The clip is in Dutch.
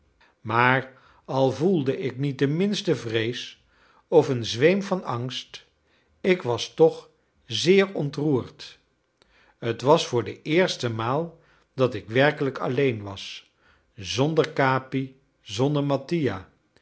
maar al voelde ik niet de minste vrees of een zweem van angst ik was toch zeer ontroerd t was voor de eerste maal dat ik werkelijk alleen was zonder capi zonder mattia